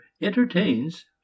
entertains